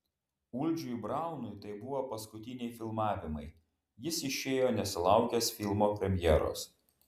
uldžiui braunui tai buvo paskutiniai filmavimai jis išėjo nesulaukęs filmo premjeros